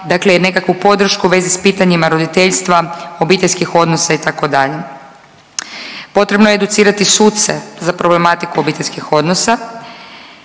dakle i nekakvu podršku u vezi sa pitanjima roditeljstva, obiteljskih odnosa itd. Potrebno je educirati suce za problematiku obiteljskih odnosa.